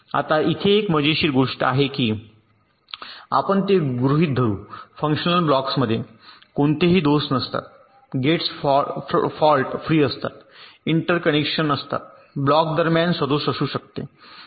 आता इथे एक मजेशीर गोष्ट अशी आहे की आपण ते गृहित धरू फंक्शनल ब्लॉक्समध्ये कोणतेही दोष नसतात गेट्स फॉल्ट फ्री असतात इंटरकनेक्शन असतात ब्लॉक दरम्यान सदोष असू शकते